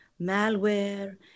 malware